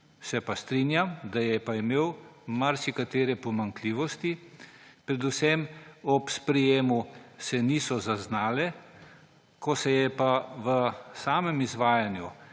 Se pa strinjam, da je imel marsikatere pomanjkljivosti, predvsem ob sprejetju se niso zaznale, ko se je pa v samem izvajanju